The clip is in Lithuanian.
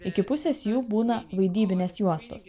iki pusės jų būna vaidybinės juostos